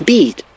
Beat